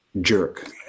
jerk